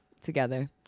together